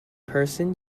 person